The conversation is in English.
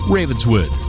Ravenswood